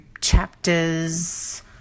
chapters